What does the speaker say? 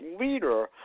leader